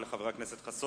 תודה רבה לחבר הכנסת חסון.